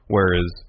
Whereas